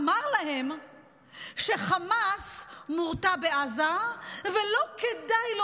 אמר להם שחמאס מורתע בעזה ולא כדאי לו